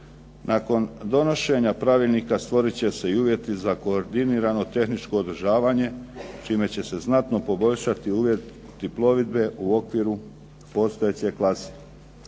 Nakon donošenja Pravilnika stvorit će se uvjeti za koordinirano tehničko održavanje čime će se znatno poboljšati uvjeti plovidbe u okviru postojeće klase.